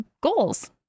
goals